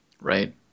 Right